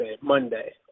Monday